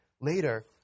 Later